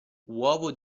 uovo